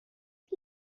ich